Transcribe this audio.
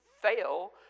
fail